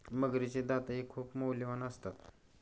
मगरीचे दातही खूप मौल्यवान असतात